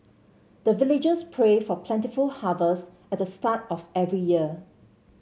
the villagers pray for plentiful harvest at the start of every year